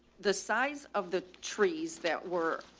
the size of the trees that were,